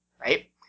right